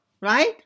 right